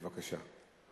בבקשה.